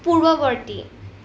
পূৰ্ৱৱৰ্তী